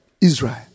Israel